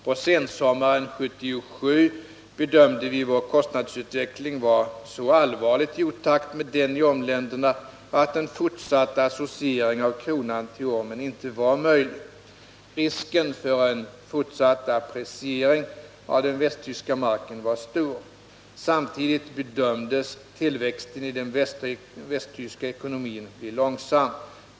På sensommaren 1977 bedömde vi vår kostnadsutveckling vara så allvarligt i otakt med den i ormländerna, att en fortsatt associering av kronan till ormen inte var möjlig. Risken för en fortsatt appreciering av den västtyska marken var stor. Samtidigt bedömdes tillväxten i den västtyska ekonomin bli långsam.